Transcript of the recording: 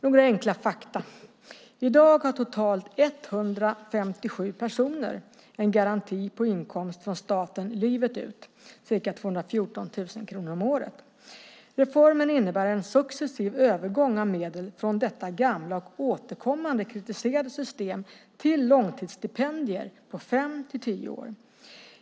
Några enkla fakta: I dag har totalt 157 personer en garanti på inkomst från staten livet ut, ca 214 000 kronor om året. Reformen innebär en successiv övergång av medel från detta gamla och återkommande kritiserade system till långtidsstipendier på fem till tio år.